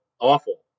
awful